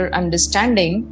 understanding